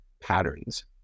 patterns